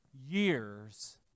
years